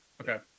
Okay